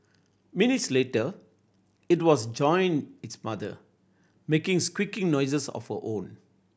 minutes later it was joined its mother making squeaky noises of her own